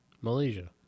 Malaysia